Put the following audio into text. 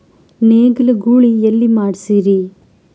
ನೇಗಿಲ ಗೂಳಿ ಎಲ್ಲಿ ಮಾಡಸೀರಿ?